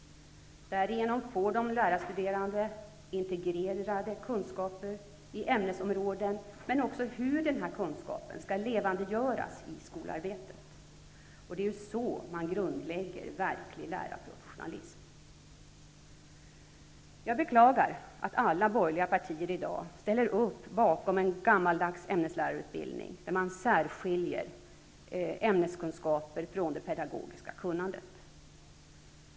Därigenom får de lärarstuderande integrera kunskap i ämnesområden med hur denna kunskap skall kunna levandegöras i skolarbetet. Det är ju så man grundlägger verklig lärarprofessionalism. Jag beklagar att alla borgerliga partier i dag ställer upp bakom en gammaldags ämneslärarutbildning, där man särskiljer ämneskunskaper från det pedagogiska kunnandet.